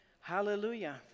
Hallelujah